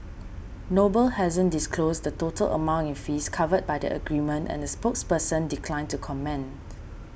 noble hasn't disclosed the total amount in fees covered by the agreement and the spokesperson declined to comment